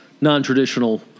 non-traditional